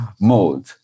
mode